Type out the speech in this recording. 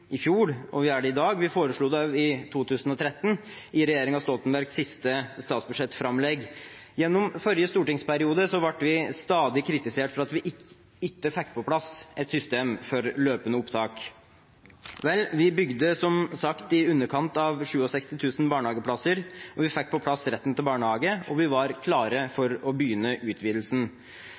i fjor, og vi gjør det i dag – vi foreslo det også i 2013, i regjeringen Stoltenbergs siste statsbudsjettframlegg. Gjennom forrige stortingsperiode ble vi stadig kritisert for at vi ikke fikk på plass et system for løpende opptak. Vel, vi bygde som sagt i underkant av 67 000 barnehageplasser, vi fikk på plass retten til barnehage, og vi var klare for å begynne utvidelsen.